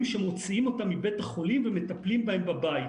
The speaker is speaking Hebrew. שמוציאים אותם מבית החולים ומטפלים בהם בבית.